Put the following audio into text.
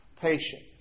patient